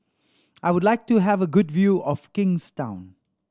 I would like to have a good view of Kingstown